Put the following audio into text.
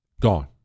gone